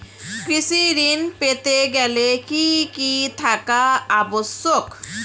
কৃষি ঋণ পেতে গেলে কি কি থাকা আবশ্যক?